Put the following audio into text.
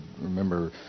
remember